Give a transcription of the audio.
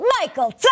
Michael